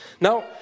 Now